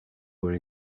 were